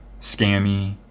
scammy